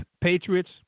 Patriots